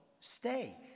stay